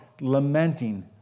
lamenting